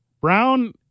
Brown